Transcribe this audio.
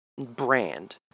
brand